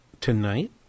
tonight